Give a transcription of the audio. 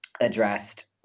addressed